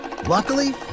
Luckily